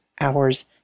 hours